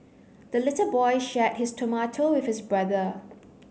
the little boy shared his tomato with his brother